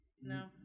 No